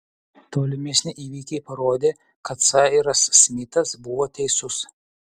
tolimesni įvykiai parodė kad sairas smitas buvo teisus